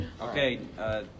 Okay